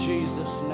Jesus